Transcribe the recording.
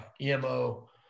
EMO